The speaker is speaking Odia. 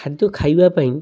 ଖାଦ୍ୟ ଖାଇବା ପାଇଁ